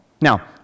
Now